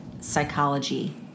Psychology